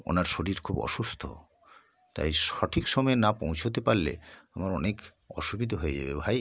ওনার শরীর খুব অসুস্থ তাই সঠিক সময়ে না পৌঁছোতে পারলে আমার অনেক অসুবিধে হয়ে যাবে ভাই